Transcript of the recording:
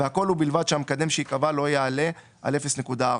והכול ובלבד שהמקדם שיקבע לא יעלה על 0.4,"